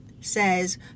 says